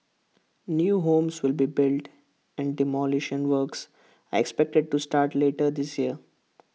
new homes will be built and demolition works are expected to start later this year